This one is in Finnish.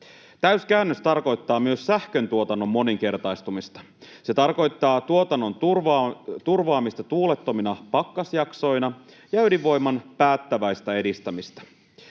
Täyskäännös tarkoittaa myös sähköntuotannon moninkertaistumista. Se tarkoittaa tuotannon turvaamista tuulettomina pakkasjaksoina ja ydinvoiman päättäväistä edistämistä.